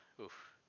Oof